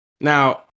Now